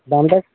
দামটা